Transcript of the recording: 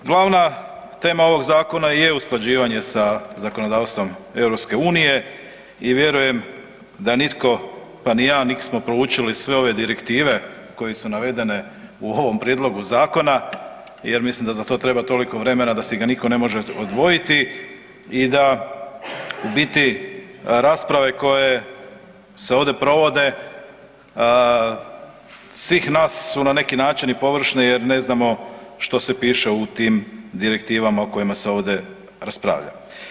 Glavna tema ovog zakona je usklađivanje sa zakonodavstvom EU i vjerujem da nitko pa ni ja nismo proučili sve ove direktive koje su navedene u ovom prijedlogu zakona jer mislim da za to treba toliko vremena da si ga nitko ne može odvojiti i da u biti rasprave koje se ovdje provode svih nas su na neki način i površne jer ne znamo što se piše u tim direktivama o kojima se ovdje raspravlja.